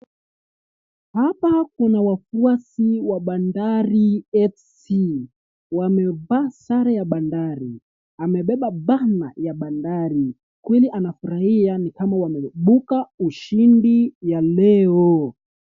Hapa kuna wafuasi wa bandari fc wamevaa sare ya Bandari, amebeba bana ya bandari. Mwingine anafurahia kama wameibuka ushindi ya Leo.